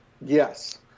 Yes